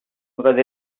because